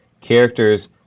characters